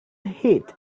heat